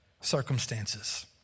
circumstances